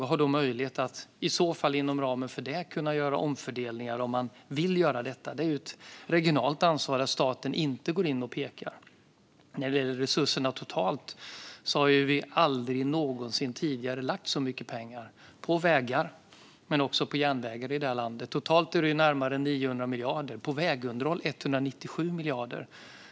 Då har man möjlighet att inom ramen för det göra omfördelningar om man vill. Det är ett regionalt ansvar där staten inte går in och pekar. När det gäller resurserna totalt har vi aldrig någonsin tidigare lagt så mycket pengar på vägar och järnvägar i det här landet. Totalt är det närmare 900 miljarder. Satsningen på vägunderhåll är 197 miljarder.